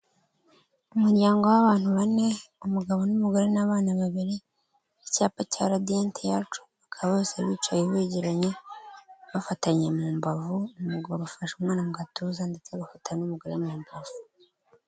Umuryango w'abantu bane umugabo n'umugore n'abana babiri icyapa cya radiyanti yacu bakaba bicaye begeranye bafatanye mu mbavu umugabo afasha umwana mu gatuza ndetse agafata n'umugore mu mbavu.